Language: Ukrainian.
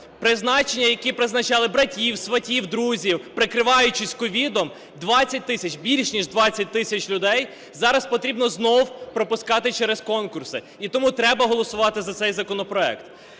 Призначення, які призначали братів, сватів, друзів, прикриваючись COVID – 20 тисяч, більш ніж 20 тисяч людей зараз потрібно знову пропускати через конкурси. І тому треба голосувати за цей законопроект.